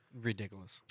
ridiculous